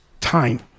time